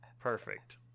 Perfect